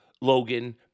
Logan